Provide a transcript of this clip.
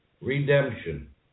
redemption